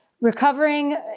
Recovering